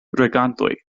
regantoj